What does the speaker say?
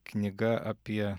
knyga apie